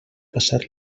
passar